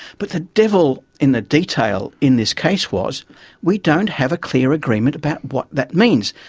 but the devil in the detail in this case was we don't have a clear agreement about what that means,